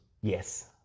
yes